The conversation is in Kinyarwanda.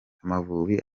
amavubi